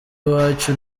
iwacu